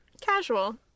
Casual